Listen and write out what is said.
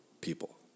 people